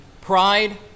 pride